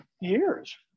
years